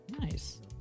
nice